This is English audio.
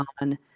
on